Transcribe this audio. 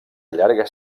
llarga